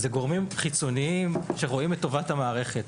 זה גורמים חיצוניים שרואים את טובת המערכת.